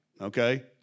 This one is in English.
okay